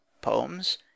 Poems